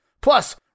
Plus